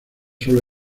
sólo